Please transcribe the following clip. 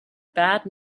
bad